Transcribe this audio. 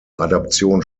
adaption